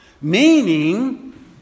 Meaning